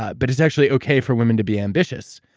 ah but it's actually okay for women to be ambitious.